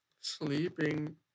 Sleeping